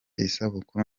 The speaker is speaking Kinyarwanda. isabukuru